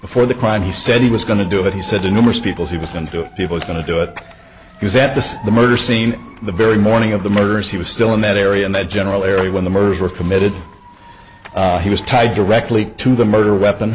before the crime he said he was going to do it he said to numerous people he was going to do it people are going to do it because at this the murder scene the very morning of the murders he was still in that area in that general area when the murders were committed he was tied directly to the murder weapon